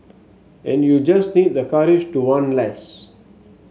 and you just need the courage to want less